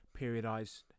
periodized